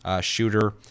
shooter